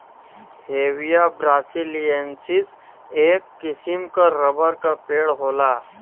Hevea brasiliensis, एक किसिम क रबर क पेड़ होला